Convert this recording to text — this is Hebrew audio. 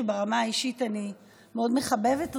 שברמה האישית אני מאוד מחבבת אותו,